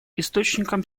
источником